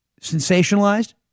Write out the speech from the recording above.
sensationalized